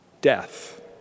death